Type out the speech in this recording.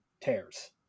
tears